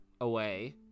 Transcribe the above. away